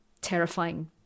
terrifying